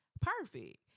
perfect